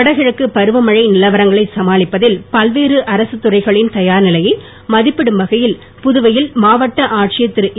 வடகிழக்கு பருவமழை நிலவரங்களை சமாளிப்பதில் பல்வேறு அரசுத் துறைகளின் தயார் நிலையை மதிப்பிடும் வகையில் புதுவையில் மாவட்ட ஆட்சியர் திருஏ